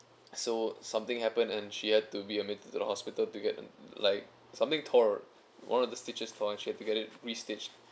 so something happened and she had to be admitted to the hospital to get like something torn one of the stitches torn she'll have to get it re-stitched